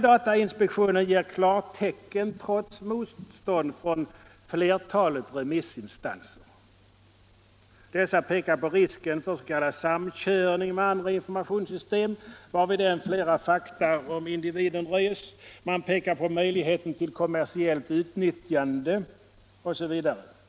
Datainspektionen ger klartecken trots motstånd från flertalet remissinstanser. Dessa pekar på risken för s.k. samkörning med andra informationssystem, varvid än fler fakta om individen röjes. Man pekar på möjligheten till kommersiellt utnyttjande osv.